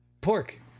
Pork